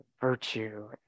virtue